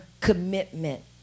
commitment